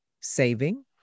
saving